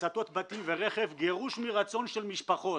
הצתות בתים ורכב, גירוש מרצון של משפחות.